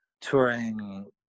touring